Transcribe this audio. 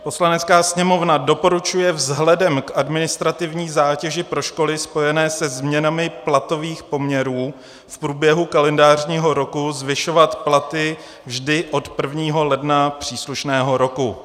Poslanecká sněmovna doporučuje vzhledem k administrativní zátěži pro školy spojené se změnami platových poměrů v průběhu kalendářního roku zvyšovat platy vždy od 1. ledna příslušného roku.